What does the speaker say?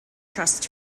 trust